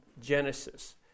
Genesis